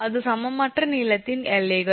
அது சமமற்ற நீளத்தின் எல்லைகள்